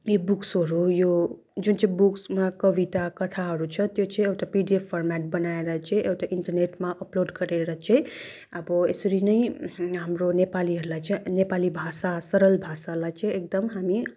इ बुक्सहरू यो जुन चाहिँ बुक्समा कविता कथाहरू छ त्यो चाहिँ एउटा पिडिएफ फर्मेट बनाएर चाहिँ एउटा इन्टरनेटमा अपलोड गरेर चाहिँ अब यसरी नै हाम्रो नेपालीहरूलाई चाहिँ नेपाली नै भाषा सरल भाषालाई चाहिँ एकदम हामी